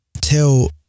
tell